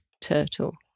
turtle